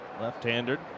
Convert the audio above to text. left-handed